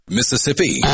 Mississippi